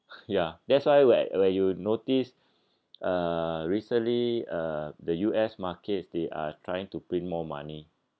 ya that's why where where you notice uh recently uh the U_S markets they are trying to print more money